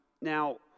Now